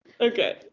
okay